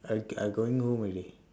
I I going home early